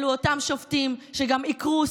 אלה אותם שופטים שגם עיקרו,